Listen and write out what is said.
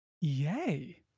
yay